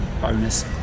bonus